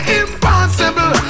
impossible